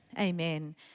Amen